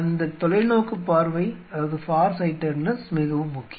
அந்தத் தொலைநோக்குப் பார்வை மிகவும் முக்கியம்